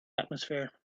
atmosphere